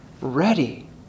ready